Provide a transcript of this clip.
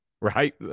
right